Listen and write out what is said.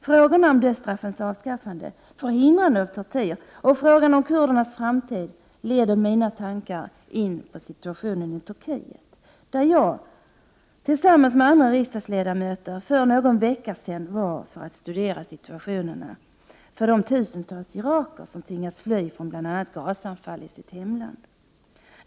Frågorna om dödsstraffets avskaffande, förhindrande av tortyr och frågan om kurdernas framtid leder mina tankar in på situationen i Turkiet, där jag var för någon vecka sedan tillsammans med andra riksdagsledamöter för att dels studera situationen för de tusentals irakier som tvingats fly från bl.a. gasanfall i sitt hemland.